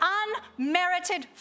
unmerited